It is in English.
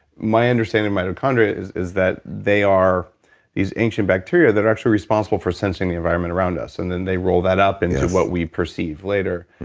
my understanding of mitochondria is is that they are these ancient bacteria that are actually responsible for sensing the environment around us. and then they roll that up and yeah into what we perceive later.